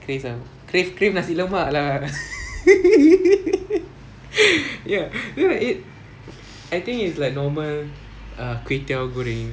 crave ah crave crave nasi lemak lah ya ya I eat I think is like normal kway teow goreng